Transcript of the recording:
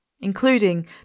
including